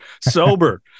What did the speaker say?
sober